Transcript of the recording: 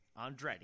Andretti